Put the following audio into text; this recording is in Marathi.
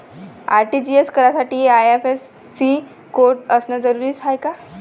आर.टी.जी.एस करासाठी आय.एफ.एस.सी कोड असनं जरुरीच हाय का?